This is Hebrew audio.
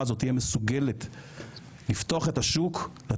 שלנו תהיה מסוגלת לפתוח את השוק לציבור,